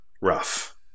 rough